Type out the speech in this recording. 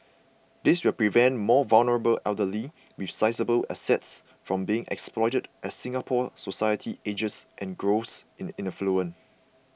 this will prevent more vulnerable elderly with sizeable assets from being exploited as Singapore society ages and grows in affluence